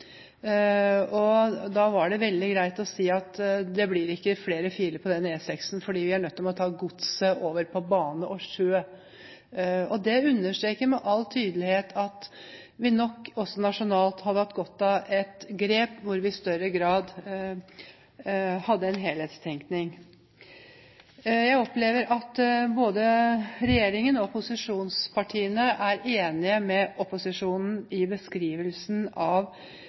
liten. Da var det veldig greit å si at det ikke blir flere filer på den E6-en fordi vi er nødt til å ta godset over på bane og sjø. Det understreker med all tydelighet at vi nok, også nasjonalt, hadde hatt godt av et grep hvor vi i større grad hadde en helhetstenkning. Jeg opplever at både regjeringen og posisjonspartiene er enige med opposisjonen i beskrivelsen av